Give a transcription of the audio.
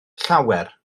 llawer